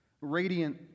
radiant